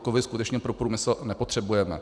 Kovy skutečně pro průmysl nepotřebujeme.